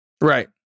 right